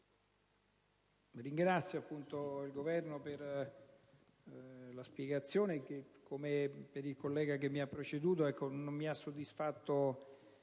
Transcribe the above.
Ringrazio il Governo per la spiegazione che, come per il collega che mi ha preceduto, non mi ha soddisfatto al